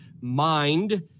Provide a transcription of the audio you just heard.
mind